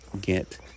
get